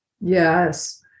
Yes